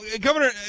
Governor